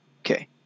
Okay